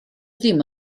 ddim